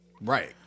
right